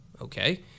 Okay